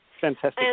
Fantastic